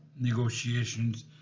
negotiations